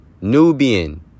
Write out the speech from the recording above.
Nubian